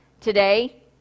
today